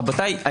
רבותיי,